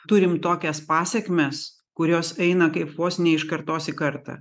turim tokias pasekmes kurios eina kaip vos ne iš kartos į kartą